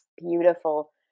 Beautiful